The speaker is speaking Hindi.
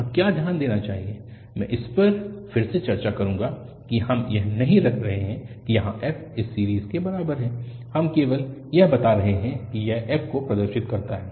यहाँ क्या ध्यान देना चाहिए मैं इस पर फिर से चर्चा करूंगा की हम यह नहीं रख रहे हैं कि यहाँ f इस सीरीज़ के बराबर है हम केवल यह बता रहे हैं कि यह f को प्रदर्शित करता है